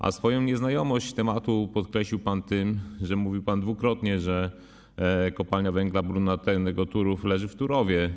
A swoją nieznajomość tematu podkreślił pan tym, że mówił pan dwukrotnie, że Kopalnia Węgla Brunatnego Turów leży w Turowie.